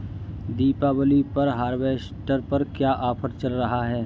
दीपावली पर हार्वेस्टर पर क्या ऑफर चल रहा है?